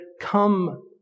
come